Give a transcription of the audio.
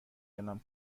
اعلام